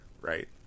right